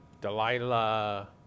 Delilah